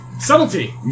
Subtlety